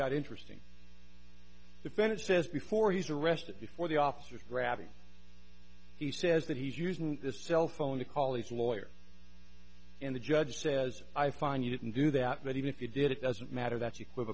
got interesting that bennett says before he's arrested before the officers grabby he says that he's using this cell phone to call his lawyer in the judge says i find you didn't do that but even if you did it doesn't matter that's equi